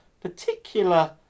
particular